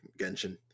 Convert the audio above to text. genshin